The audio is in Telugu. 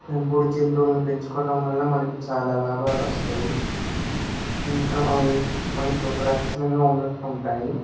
పెంపుడు జంతువులని పెంచుకోవడం వల్ల మనకు చాలా లాభాలు వస్తాయి ఇంకా అవి మనకు రక్షణగా ఉన్నట్టు ఉంటాయి